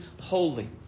holy